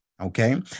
okay